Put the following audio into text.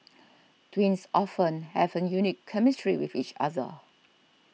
twins often have a unique chemistry with each other